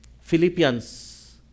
Philippians